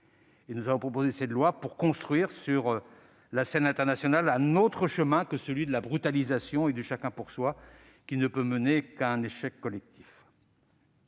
Nous avons proposé ce texte pour construire sur la scène internationale un autre chemin que celui de la brutalisation et du « chacun pour soi », qui ne peut mener qu'à un échec collectif.